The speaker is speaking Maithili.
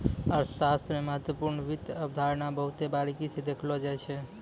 अर्थशास्त्र मे महत्वपूर्ण वित्त अवधारणा बहुत बारीकी स देखलो जाय छै